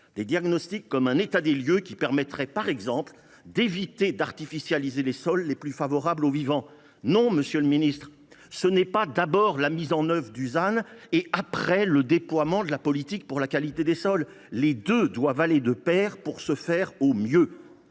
Ces diagnostics seraient comme un état des lieux permettant, par exemple, d’éviter d’artificialiser les sols les plus favorables au vivant. Non, monsieur le secrétaire d’État, ce n’est pas d’abord la mise en œuvre du ZAN puis le déploiement de la politique pour la qualité des sols. Les deux doivent aller de pair pour se faire au mieux.